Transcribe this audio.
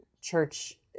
church